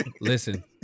listen